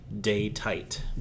Day-tight